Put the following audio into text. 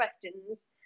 questions